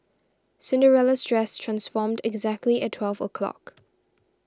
Cinderella's dress transformed exactly at twelve o' clock